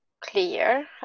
clear